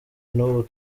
n’ubu